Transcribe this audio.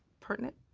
pertinent?